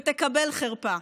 ותקבל חרפה.